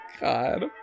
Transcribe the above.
God